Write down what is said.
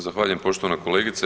Zahvaljujem poštovana kolegice.